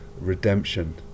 redemption